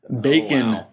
Bacon